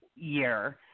Year